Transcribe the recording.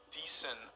decent